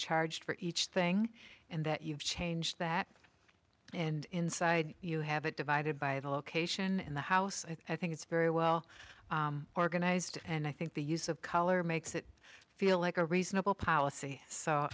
charged for each thing and that you've changed that and inside you have it divided by the location in the house i think it's very well organized and i think the use of color makes it feel like a reasonable policy so